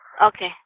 Okay